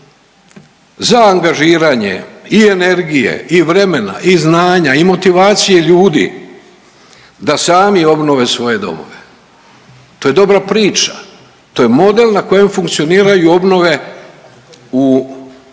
za angažiranje i energije i vremena i znanja i motivacije ljudi da sami obnove svoje domove. To je dobra priča, to je model na kojem funkcioniraju obnove u drugim